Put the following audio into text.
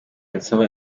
nsaba